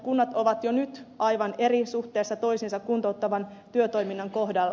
kunnat ovat jo nyt aivan eri suhteessa toisiinsa kuntouttavan työtoiminnan kohdalla